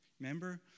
Remember